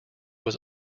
was